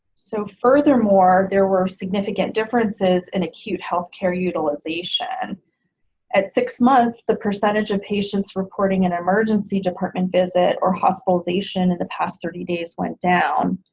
so furthermore there were significant differences in acute healthcare utilization at six months. the percentage of patients reporting an emergency department visit or hospitalization in the past thirty days went down,